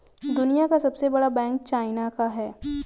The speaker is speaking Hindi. दुनिया का सबसे बड़ा बैंक चाइना का है